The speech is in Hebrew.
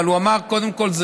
אבל הוא אמר: קודם כול,